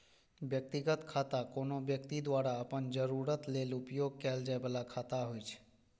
व्यक्तिगत खाता कोनो व्यक्ति द्वारा अपन जरूरत लेल उपयोग कैल जाइ बला खाता होइ छै